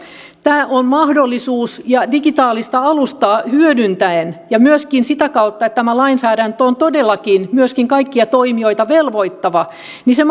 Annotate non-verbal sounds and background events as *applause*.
tämä on mahdollisuus ja digitaalista alustaa hyödyntäen ja myöskin sitä kautta että tämä lainsäädäntö on todellakin myöskin kaikkia toimijoita velvoittava se *unintelligible*